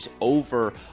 over